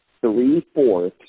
three-fourths